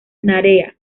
narea